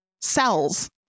cells